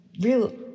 real